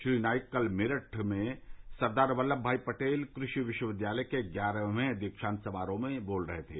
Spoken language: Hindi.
श्री नाईक कल मेरठ में सरदार वल्लभ भाई पटेल कृषि विश्वविद्यालय के ग्यारहवें दीक्षान्त समारोह में बोल रहे थे